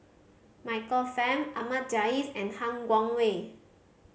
Michael Fam Ahmad Jais and Han Guangwei